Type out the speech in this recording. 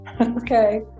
okay